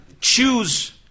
choose